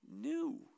new